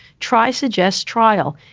try suggests trial.